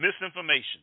misinformation